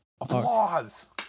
Applause